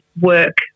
work